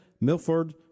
Milford